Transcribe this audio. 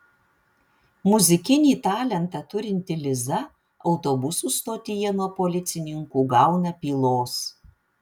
muzikinį talentą turinti liza autobusų stotyje nuo policininkų gauna pylos